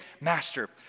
Master